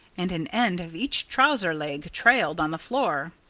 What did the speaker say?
and an end of each trouser-leg trailed on the floor.